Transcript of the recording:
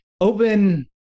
open